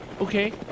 Okay